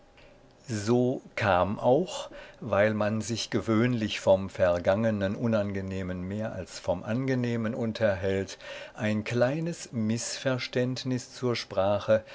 so kam auch weil man sich gewöhnlich vom vergangenen unangenehmen mehr als vom angenehmen unterhält ein kleines mißverständnis zur sprache